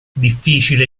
difficile